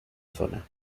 zona